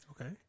Okay